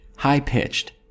high-pitched